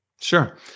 Sure